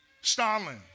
Stalin